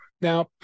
Now